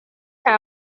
nta